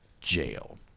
jail